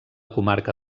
comarca